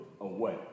away